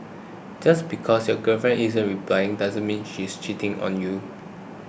just because your girlfriend isn't replying doesn't mean she's cheating on you